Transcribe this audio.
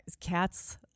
cats